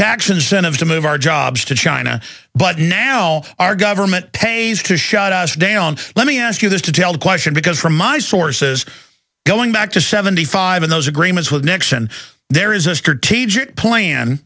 tax incentive to move our jobs to china but now our government pays to shut us down let me ask you this detailed question because from my sources going back to seventy five in those agreements with nexon there